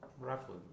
Roughly